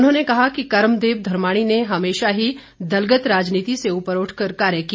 उन्होंने कहा कि कर्मदेव धर्माणी ने हमेशा ही दलगत राजनीति से उपर उठकर कार्य किया